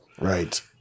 right